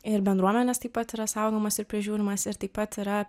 ir bendruomenės taip pat yra saugomas ir prižiūrimas ir taip pat yra